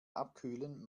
abkühlen